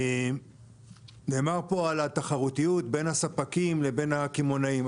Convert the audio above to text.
נאמר פה על התחרותיות בין הספקים, לבין הקמעונאים.